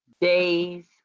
day's